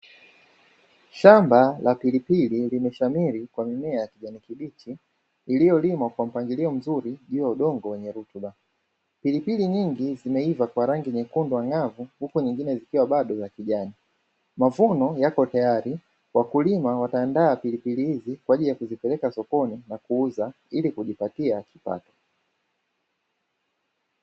Shamba la pilipili limeshamiri kwa mimea ya kijani kibichi iliyolimwa kwa mpangilio mzuri juu ya udongo wenye rutuba, pilipili nyingi zimeiva kwa rangi nyekundu ang’avu huku nyingine zikiwa bado za kijani, mavuno yapo tayari wakulima wataandaa pilipili hizi kwa ajili ya kuzipeleka sokoni na kuuza ili kujipatia kipato.